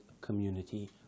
community